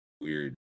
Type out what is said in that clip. weird